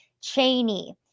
Cheney